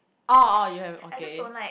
oh oh you have okay